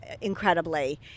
incredibly